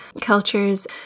cultures